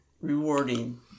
rewarding